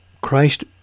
Christ